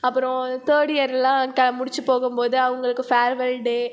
அப்புறம் தேட் இயரெல்லாம் க முடித்துப் போகும் போது அவங்களுக்கு ஃபேர்வெல் டே